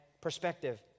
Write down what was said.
perspective